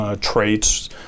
Traits